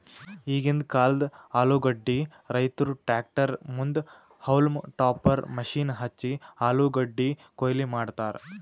ಈಗಿಂದ್ ಕಾಲ್ದ ಆಲೂಗಡ್ಡಿ ರೈತುರ್ ಟ್ರ್ಯಾಕ್ಟರ್ ಮುಂದ್ ಹೌಲ್ಮ್ ಟಾಪರ್ ಮಷೀನ್ ಹಚ್ಚಿ ಆಲೂಗಡ್ಡಿ ಕೊಯ್ಲಿ ಮಾಡ್ತರ್